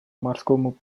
морскому